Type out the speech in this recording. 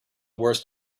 worst